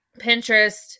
Pinterest